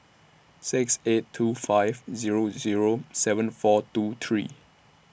six eight two five Zero Zero seven four two three